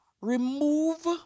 remove